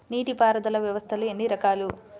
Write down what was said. నీటిపారుదల వ్యవస్థలు ఎన్ని రకాలు?